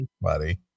buddy